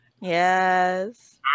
Yes